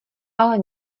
ale